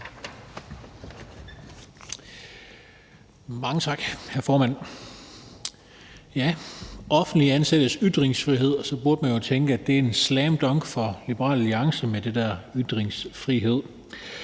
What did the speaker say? Mange tak, hr. formand. Det handler om offentligt ansattes ytringsfrihed, og så burde man jo tænke, at det er en slam dunk for Liberal Alliance med det der ytringsfrihed.